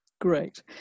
Great